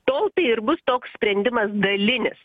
tol tai ir bus toks sprendimas dalinis